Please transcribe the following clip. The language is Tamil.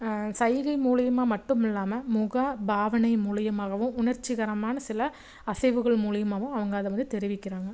சைகை மூலிமா மட்டும் இல்லாமல் முக பாவனை மூலிமாகவும் உணர்ச்சிகரமான சில அசைவுகள் மூலிமாவும் அவங்க அதை வந்து தெரிவிக்கிறாங்க